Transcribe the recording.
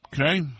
Okay